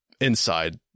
Inside